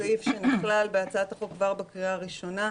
סעיף שנכלל בהצעת החוק כבר בקריאה הראשונה.